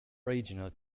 regional